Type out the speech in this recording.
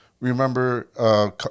Remember